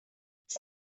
its